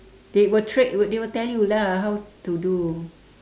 they will trai~ they will tell you lah how to do